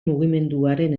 mugimenduaren